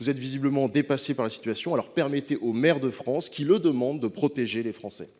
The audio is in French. Vous êtes visiblement dépassés par la situation. Aussi, permettez aux maires de France, qui le demandent, de protéger les Français